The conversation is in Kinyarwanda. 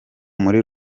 muri